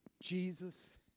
Jesus